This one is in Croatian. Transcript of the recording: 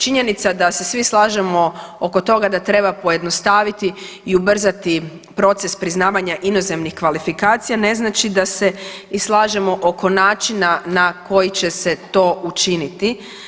Činjenica da se svi slažemo oko toga da treba pojednostaviti i ubrzati proces priznavanja inozemnih kvalifikacija ne znači da se i slažemo oko načina na koji će se to učiniti.